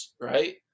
right